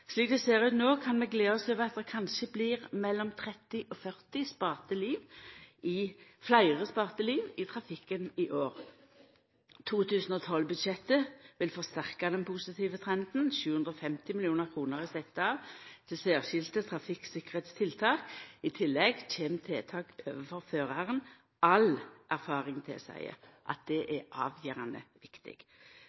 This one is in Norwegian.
Slik det ser ut no, kan vi gleda oss over at det kanskje blir mellom 30 og 40 fleire sparte liv i trafikken i år. 2012-budsjettet vil forsterka den positive trenden. 750 mill. kr er sette av til særskilde trafikktryggleikstiltak. I tillegg kjem tiltak overfor føraren. All erfaring tilseier at det